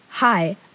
Hi